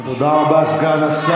זה הסדר שלך, אדוני סגן השר?